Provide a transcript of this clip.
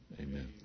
Amen